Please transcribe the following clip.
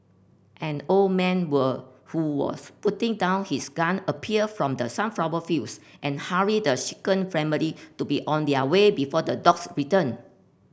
an old man were who was putting down his gun appeared from the sunflower fields and hurried the shaken family to be on their way before the dogs return